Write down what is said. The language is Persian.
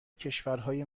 کشورهای